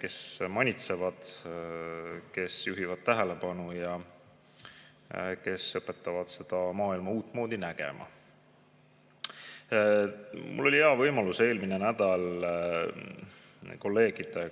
kes manitsevad, kes juhivad tähelepanu ja kes õpetavad seda maailma uutmoodi nägema. Mul oli hea võimalus eelmine nädal